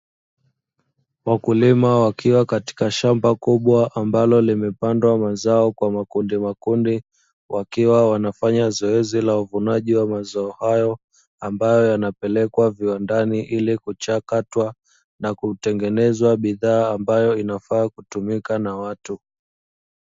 Wakulima wakiwa katika shamba kubwa ambalo limepandwa mazao kwa makundimakundi, wakiwa wanafanya zoezi la uvunaji wa mazao hayo ambayo yanapelekwa viwandani ili kuchakatwa na kutengezwa bidhaa ambayo inafaa kutumika na watu.